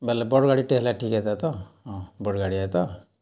ବେଲେ ବଡ଼୍ ଗାଡ଼ିଟେ ହେଲେ ଠିକ୍ ହେତା ତ ବଡ଼୍ ଗାଡ଼ି ଏ ତ